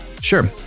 Sure